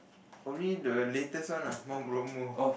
for me the latest one lah Mount